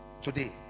today